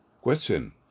Question